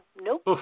nope